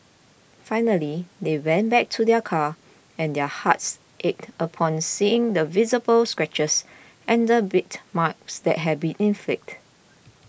finally they went back to their car and their hearts ached upon seeing the visible scratches and bite marks that had been inflicted